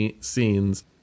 scenes